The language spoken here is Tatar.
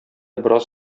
бераз